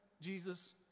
Jesus